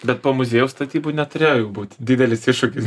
bet po muziejaus statybų neturėjo jau būt didelis iššūkis